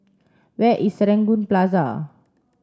where is Serangoon Plaza